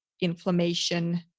inflammation